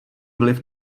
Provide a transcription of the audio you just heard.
vliv